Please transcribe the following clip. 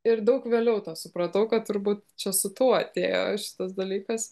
ir daug vėliau tą supratau kad turbūt čia su tuo atėjo šitas dalykas